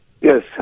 Yes